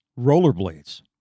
rollerblades